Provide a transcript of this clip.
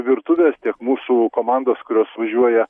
virtuvės tiek mūsų komandos kurios važiuoja